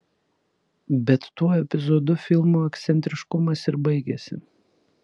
bet tuo epizodu filmo ekscentriškumas ir baigiasi